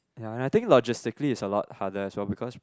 ya and I think logistically is a lot harder as well because